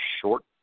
short